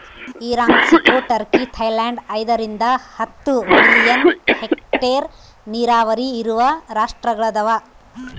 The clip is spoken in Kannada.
ಇರಾನ್ ಕ್ಸಿಕೊ ಟರ್ಕಿ ಥೈಲ್ಯಾಂಡ್ ಐದರಿಂದ ಹತ್ತು ಮಿಲಿಯನ್ ಹೆಕ್ಟೇರ್ ನೀರಾವರಿ ಇರುವ ರಾಷ್ಟ್ರಗಳದವ